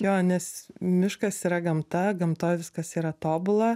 jo nes miškas yra gamta gamtoj viskas yra tobula